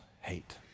hate